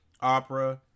Opera